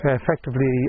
effectively